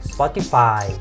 Spotify